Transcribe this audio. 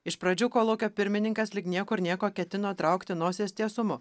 iš pradžių kolūkio pirmininkas lyg niekur nieko ketino traukti nosies tiesumu